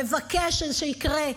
מבקש שיקרה.